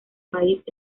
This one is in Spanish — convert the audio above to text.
país